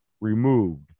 removed